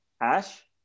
Ash